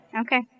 Okay